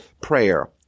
prayer